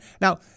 Now